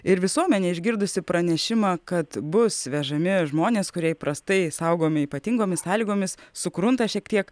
ir visuomenė išgirdusi pranešimą kad bus vežami žmonės kurie įprastai saugomi ypatingomis sąlygomis sukrunta šiek tiek